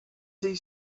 see